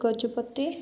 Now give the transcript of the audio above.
Gajapati